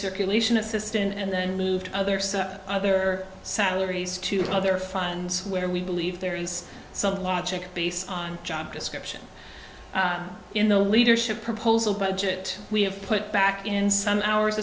circulation assistant and then moved other stuff other salaries to other funds where we believe there is some logic based on job description in the leadership proposal budget we have put back in some hours